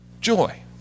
joy